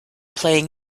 playing